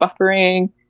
buffering